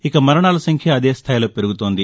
ఇక మరణాల సంఖ్య అదే స్థాయిలో పెరుగుతోంది